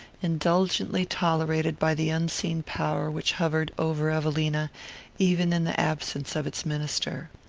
indulgently tolerated by the unseen power which hovered over evelina even in the absence of its minister.